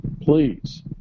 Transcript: please